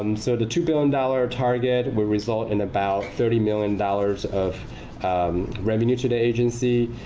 um so the two billion dollars target will result in about thirty million dollars of revenue to the agency.